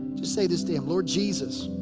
just say this to him, lord jesus,